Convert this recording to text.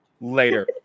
later